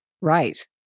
Right